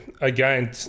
again